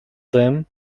them